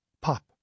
Pop